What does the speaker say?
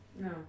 No